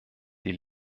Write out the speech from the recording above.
die